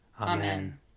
Amen